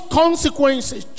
consequences